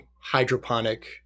hydroponic